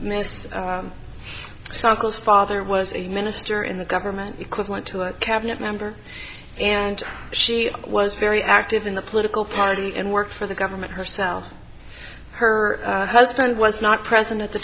suckles father was a minister in the government equivalent to a cabinet member and she was very active in the political party and work for the government herself her husband was not present at the